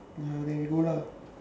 ya then we go lah